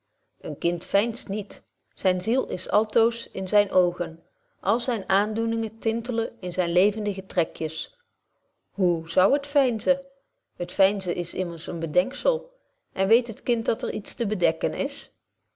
een kind veinst niet zyn ziel is altoos in zyne oogen alle zyne aandoeningen tintelen in zyne levendige trekjes hoe zou het veinzen het veinzen is immers een bedekzel en weet het kind dat er iets te bedekken is